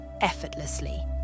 effortlessly